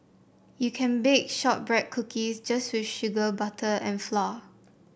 you can bake shortbread cookies just with sugar butter and flour